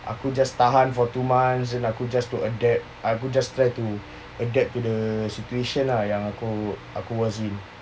aku just tahan for two months then aku just took adapt aku just try to adapt to the situation lah yang aku aku was in